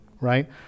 right